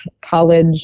college